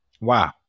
Wow